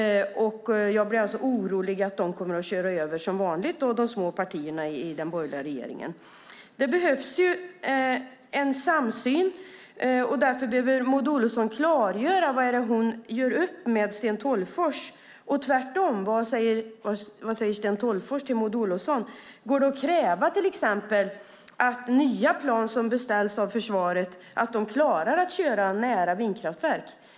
Jag blir alltså orolig för att de som vanligt kommer att köra över de små partierna i den borgerliga regeringen. Det behövs en samsyn, och därför behöver Maud Olofsson klargöra vad det är hon gör upp med Sten Tolgfors, och tvärtom: Vad säger Sten Tolgfors till Maud Olofsson? Går det till exempel att kräva att nya plan som beställs av försvaret ska klara att köra nära vindkraftverk?